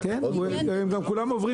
גם כולם עוברים